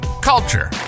culture